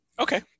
Okay